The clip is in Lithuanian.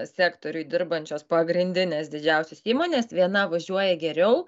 sektoriui dirbančios pagrindinės didžiausios įmonės viena važiuoja geriau